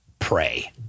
Pray